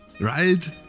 right